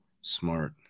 Smart